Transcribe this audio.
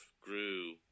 grew